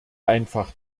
einfach